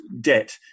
debt